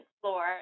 floor